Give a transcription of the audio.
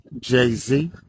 Jay-Z